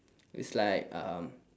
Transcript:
it's like um